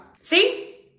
See